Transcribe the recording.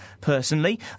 personally